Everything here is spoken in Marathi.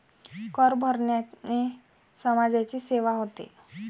कर भरण्याने समाजाची सेवा होते